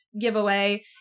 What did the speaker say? giveaway